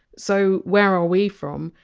so where are we from?